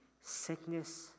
sickness